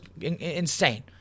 insane